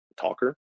talker